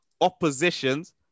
oppositions